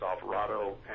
Alvarado